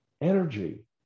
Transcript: energy